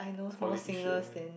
politician